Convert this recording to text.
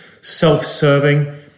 self-serving